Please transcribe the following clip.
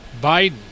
Biden